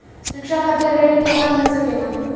शिक्षा खातिर ऋण केतना मिल सकेला?